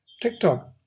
TikTok